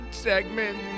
segment